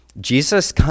Jesus